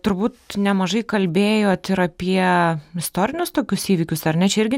turbūt nemažai kalbėjot ir apie istorinius tokius įvykius ar ne čia irgi